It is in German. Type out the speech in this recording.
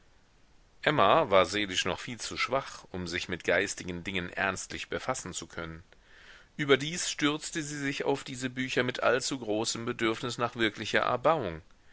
emma war seelisch noch viel zu schwach um sich mit geistigen dingen ernstlich befassen zu können überdies stürzte sie sich auf diese bücher mit allzu großem bedürfnis nach wirklicher erbauung